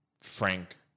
Frank